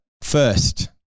first